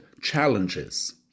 challenges